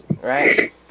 Right